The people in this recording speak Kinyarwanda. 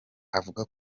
avuga